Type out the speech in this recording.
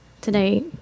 today